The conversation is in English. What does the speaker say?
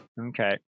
okay